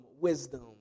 wisdom